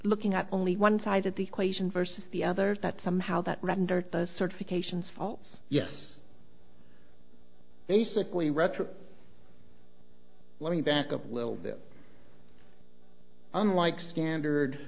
looking at only one side of the equation versus the others that somehow that rendered those certifications false yes basically retro let me back up a little bit unlike standard